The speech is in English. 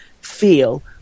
feel